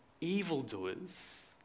evildoers